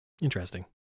Interesting